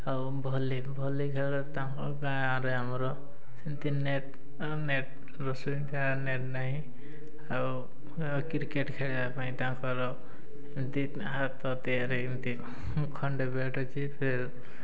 ଆଉ volley volley ଖେଳରେ ତାଙ୍କ ଗାଁ'ରେ ଆମର ଏମିତି ନେଟ୍ ନେଟ୍ର ସୁବିଧା ନେଟ୍ ନାହିଁ ଆଉ କ୍ରିକେଟ୍ ଖେଳିବା ପାଇଁ ତାଙ୍କର ଏମିତି ହାତ ତିଆରି ଏମିତି ଖଣ୍ଡେ ବ୍ୟାଟ୍ ଅଛି